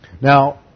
Now